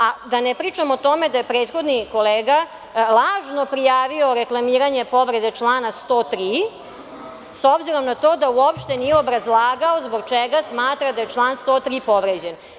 A da ne pričam o tome da je prethodni kolega lažno prijavio reklamiranje povrede člana 103. s obzirom na to da uopšte nije obrazlagao zbog čega smatra da je član 103. povređen.